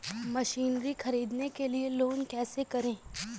Machinery ख़रीदने के लिए लोन कैसे करें?